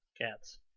cats